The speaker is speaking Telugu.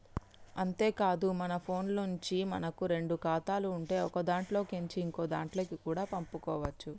అంతేకాదు మన ఫోన్లో నుంచే మనకు రెండు ఖాతాలు ఉంటే ఒకదాంట్లో కేంచి ఇంకోదాంట్లకి కూడా పంపుకోవచ్చు